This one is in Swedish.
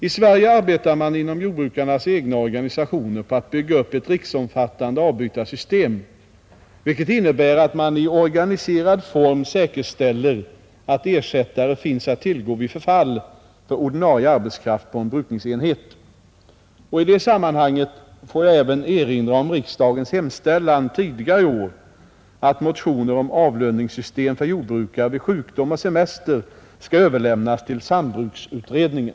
I Sverige arbetar man inom jordbrukarnas egna organisationer på att bygga upp ett riksomfattande avbytarsystem, vilket innebär att man i organiserad form säkerställer att ersättare finns att tillgå vid förfall för ordinarie arbetskraft på en brukningsenhet. I detta sammanhang får jag även erinra om riksdagens hemställan tidigare i år att motioner om avlösningssystem för jordbrukare vid sjukdom och semester skall överlämnas till sambruksutredningen.